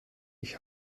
ich